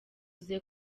avuga